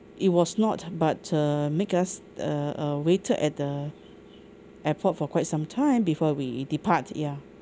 it was not but err make us uh uh waited at the airport for quite some time before we depart ya